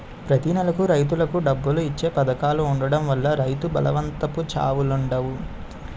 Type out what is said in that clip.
ప్రతి నెలకు రైతులకు డబ్బులు ఇచ్చే పధకాలు ఉండడం వల్ల రైతు బలవంతపు చావులుండవు